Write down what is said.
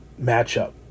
matchup